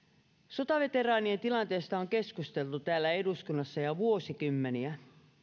sotaveteraanien tilanteesta on keskusteltu täällä eduskunnassa jo vuosikymmeniä